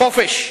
לחופש,